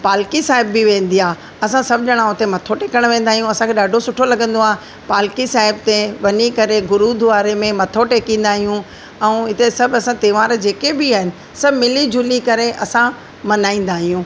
पालकी साहिब बि वेंदी आहे असां सभु ॼणा उते मथो टेकण वेंदा आहियूं असांखे ॾाढो सुठो लगंदो आहे पालकी साहिब ते वञी करे गुरूद्वारे में मथो टेकींदा आहियूं ऐं हिते सभु असां त्योहार जेके बि आहिनि सभु मिली जुली करे असां मल्हाईंदा आहियूं